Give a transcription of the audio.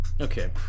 Okay